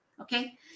okay